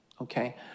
okay